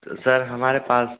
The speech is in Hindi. तो सर हमारे पास